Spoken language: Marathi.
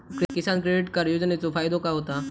किसान क्रेडिट कार्ड योजनेचो फायदो काय होता?